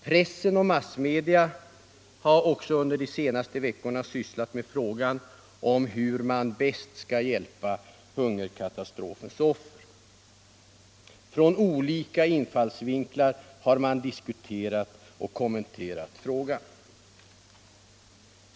Pressen och massmedia har också under de senaste veckorna sysslat med frågan om hur man bäst skall hjälpa hungerkatastrofens offer. Från olika infallsvinklar har man diskuterat och kommenterat frågan.